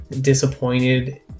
disappointed